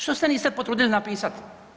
Što se niste potrudili napisati?